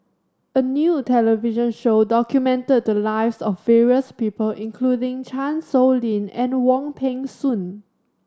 a new television show documented the lives of various people including Chan Sow Lin and Wong Peng Soon